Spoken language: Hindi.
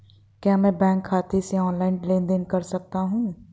क्या मैं बैंक खाते से ऑनलाइन लेनदेन कर सकता हूं?